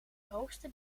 hoogste